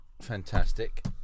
Fantastic